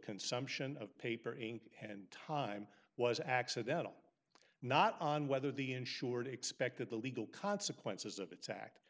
consumption of paper ink and time was accidental not on whether the insured expected the legal consequences of its act